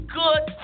good